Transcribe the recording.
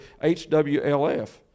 HWLF